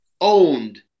owned